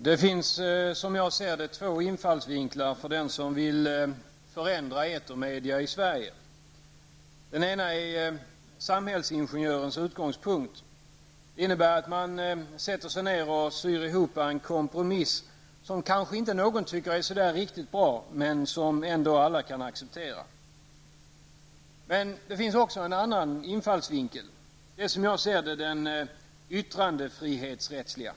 Herr talman! Det finns som jag ser det två infallsvinklar för den som vill förändra etermedia i Sverige. Den ena är samhällsingenjörens utgångspunkt. Det innebär att man sätter sig ned och syr ihop en kompromiss, som kanske inte någon tycker är riktigt bra, men som ändå alla kan acceptera. Men det finns också en annan infallsvinkel, det är, som jag ser det, den yttrandefrihetsrättsliga.